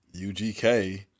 UGK